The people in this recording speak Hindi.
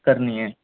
करनी है